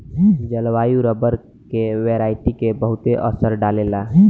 जलवायु रबर के वेराइटी के बहुते असर डाले ला